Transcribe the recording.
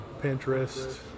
Pinterest